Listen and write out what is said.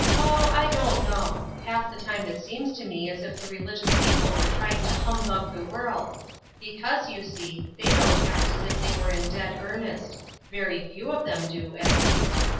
oh, i don't know half the time it seems to me as if the religious people were trying to humbug the world because, you see, they don't act as if they were in dead earnest very few of them do, at least.